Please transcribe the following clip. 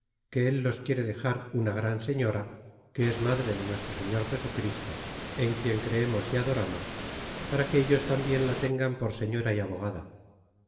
que él los quiere dexar una gran señora que es madre de nuestro señor jesu christo en quien creemos y adoramos para que ellos tambien la tengan por señora y abogada